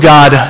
God